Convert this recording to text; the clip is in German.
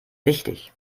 wichtig